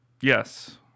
Yes